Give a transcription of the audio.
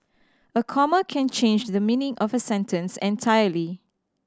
a comma can change the meaning of a sentence entirely